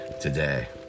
today